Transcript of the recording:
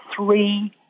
three